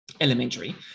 Elementary